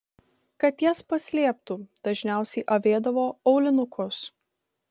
kad jas paslėptų dažniausiai avėdavo aulinukus